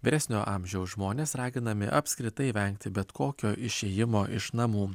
vyresnio amžiaus žmonės raginami apskritai vengti bet kokio išėjimo iš namų